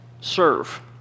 Serve